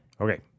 Okay